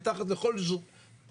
מתחת לכל זרקור,